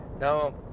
Now